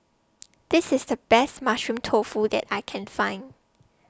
This IS The Best Mushroom Tofu that I Can Find